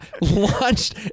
launched